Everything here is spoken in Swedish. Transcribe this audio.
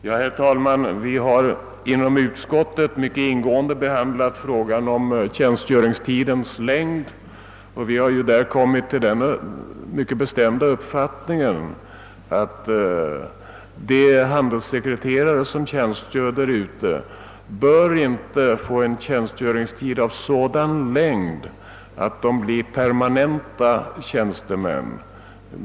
Herr talman! Vi har inom utskottet mycket ingående behandlat frågan on tjänstgöringstidens längd och därvid kommit till den bestämda uppfattningen, att handelssekreterarnas tjänstgöringstid inte får bli så lång att de blir permanenta tjänstemän.